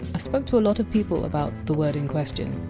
i spoke to a lot of people about the word in question,